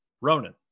ronan